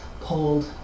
pulled